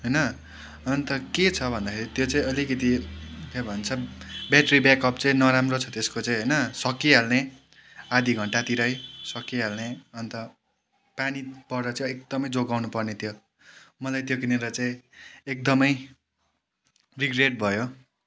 होइन अन्त के छ भन्दाखेरि त्यो चाहिँ अलिकति के भन्छ ब्याट्री ब्याकअप चाहिँ नराम्रो छ त्यसको चाहिँ होइन सकिहाल्ने आदि घन्टातिरै सकिहाल्ने अन्त पानी पर्दा चाहिँ एकदमै जोगाउनु पर्ने त्यो मलाई त्यो किनेर चाहिँ एकदमै रिग्रेट भयो